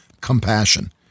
compassion